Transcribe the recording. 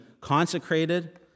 consecrated